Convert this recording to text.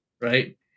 right